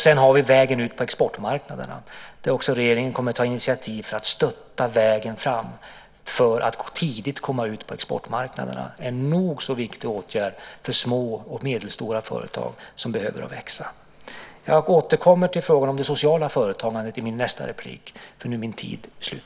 Sedan har vi vägen ut på exportmarknaderna där regeringen kommer att ta initiativ för att stötta vägen fram för att tidigt komma ut på exportmarknaderna, en nog så viktig åtgärd för små och medelstora företag som behöver växa. Jag återkommer till frågan om det sociala företagandet i mitt nästa inlägg, för nu är min talartid slut.